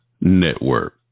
Network